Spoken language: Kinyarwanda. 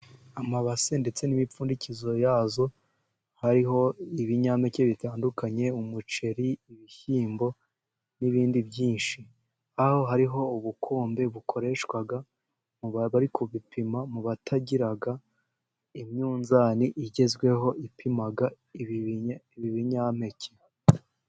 Amabase ndetse n'imifuniko yazo, hariho ibinyampeke bitandukanye: umuceri, ibishyimbo, n'ibindi byinshi. Aho hariho ubukombe bukoreshwa mu ku bipima, mu batagira imyuzani igezweho ipima ibinyampeke.